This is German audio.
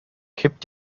kippt